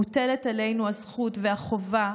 מוטלת עלינו הזכות והחובה,